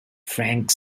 frank